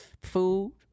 food